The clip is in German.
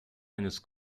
eines